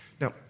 Now